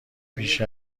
بیش